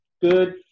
good